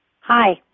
Hi